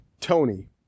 Tony